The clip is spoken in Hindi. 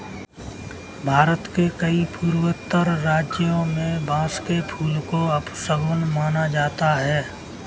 भारत के कई पूर्वोत्तर राज्यों में बांस के फूल को अपशगुन माना जाता है